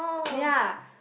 ya